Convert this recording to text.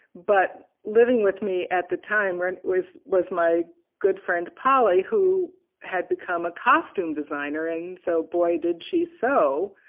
but living with me at the time and was was my good friend polly who had become a costume designer. and so boy did she sew.